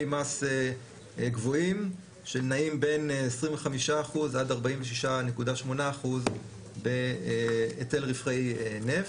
מס גבוהים שנעים בין 25% עד 46.8% בהיטל רווחי נפט,